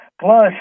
Plus